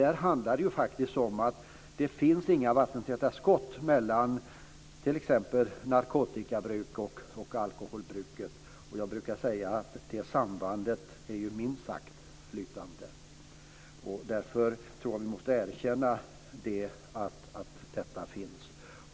Det handlar ju faktiskt om att det inte finns några vattentäta skott mellan t.ex. narkotikabruk och alkoholbruk. Jag brukar säga att det sambandet minst sagt är flytande. Därför tror jag att vi måste erkänna att det finns.